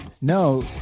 No